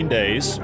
days